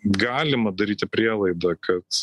galima daryti prielaidą kad